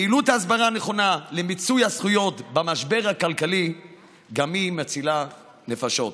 פעילות הסברה נכונה למיצוי הזכויות במשבר הכלכלי גם היא מצילה נפשות.